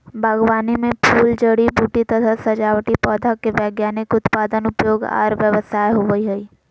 बागवानी मे फूल, जड़ी बूटी तथा सजावटी पौधा के वैज्ञानिक उत्पादन, उपयोग आर व्यवसाय होवई हई